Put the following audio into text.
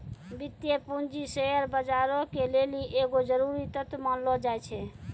वित्तीय पूंजी शेयर बजारो के लेली एगो जरुरी तत्व मानलो जाय छै